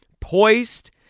poised